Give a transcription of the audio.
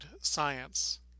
science